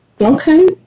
Okay